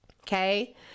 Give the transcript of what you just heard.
okay